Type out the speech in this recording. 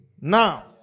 now